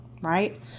right